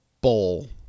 bowl